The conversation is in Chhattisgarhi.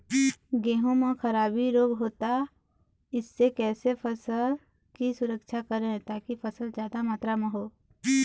गेहूं म खराबी रोग होता इससे कैसे फसल की सुरक्षा करें ताकि फसल जादा मात्रा म हो?